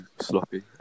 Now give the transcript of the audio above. sloppy